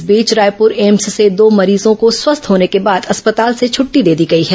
इस बीच रायपुर एम्स से दो मरीजों को स्वस्थ होने के बाद अस्पताल से छटटी दे दी गई है